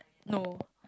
no